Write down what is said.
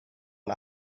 and